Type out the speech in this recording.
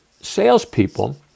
salespeople